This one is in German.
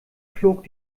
flog